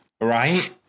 right